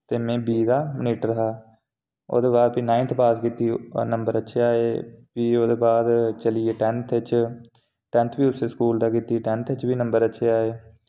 ते में बी दा मनीटर हा ओह्दे बाद भी नाइनथ पास कीती च एह् भी ओह्दे भी चली गे टैनथ च टैनथ च टैनथ बी उस्सै स्कूल दा कीती टैनथ च बी नम्बर अच्छे हे